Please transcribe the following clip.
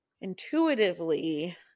Intuitively